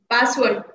Password